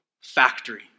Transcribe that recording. factory